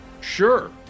sure